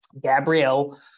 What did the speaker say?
Gabrielle